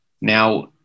now